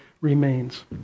remains